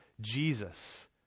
jesus